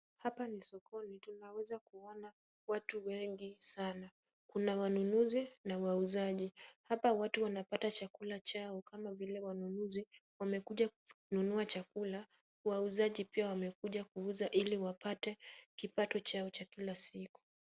Hapa ni sokoni tunaweza kuona watu wengi sana. Kuna wanunuzi na wauzaji. Hapa watu wanapata chakula chao kama vile wanunuzi wamekuja kununua chakula. Wauzaji pia wamekuja kuuza ili wapate kipato chao cha kila siku.